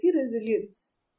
resilience